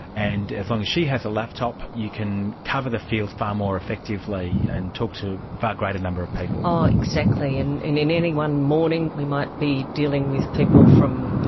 and as long as she has a laptop you can cover the field far more effectively and talk to a far greater number of people. exactly, and in in any one morning we might be dealing with people from, you